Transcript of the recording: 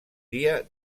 dia